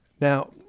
Now